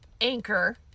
Anchor